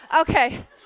Okay